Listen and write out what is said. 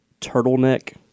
turtleneck